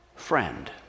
Friend